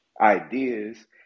ideas